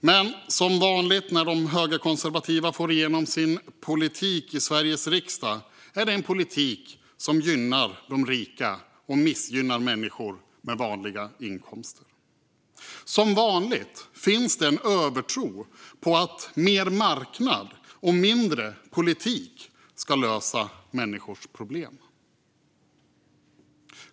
Men som vanligt när de högerkonservativa får igenom sin politik i Sveriges riksdag är det en politik som gynnar de rika och missgynnar människor med vanliga inkomster. Som vanligt finns det en övertro på att mer marknad och mindre politik ska lösa människors problem.